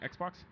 Xbox